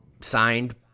signed